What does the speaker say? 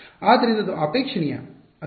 ಆದ್ದರಿಂದ ಅದು ಅಪೇಕ್ಷಣೀಯ ಅಥವಾ ಅನಪೇಕ್ಷಣೀಯವೇ